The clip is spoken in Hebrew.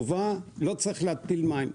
זאת היתה בעצם סיבה שלא צריך להתפיל מים.